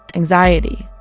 anxiety,